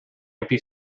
empty